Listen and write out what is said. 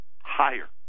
higher